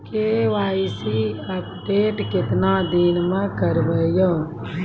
KYC update केतना दिन मे करेबे यो?